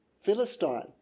Philistine